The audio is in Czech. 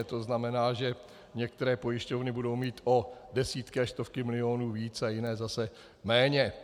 To znamená, že některé pojišťovny budou mít o desítky až stovky milionů víc a jiné zase méně.